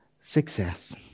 success